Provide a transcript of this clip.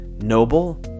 noble